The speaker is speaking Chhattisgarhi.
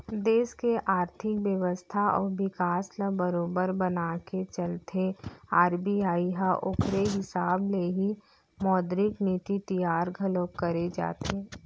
देस के आरथिक बेवस्था अउ बिकास ल बरोबर बनाके चलथे आर.बी.आई ह ओखरे हिसाब ले ही मौद्रिक नीति तियार घलोक करे जाथे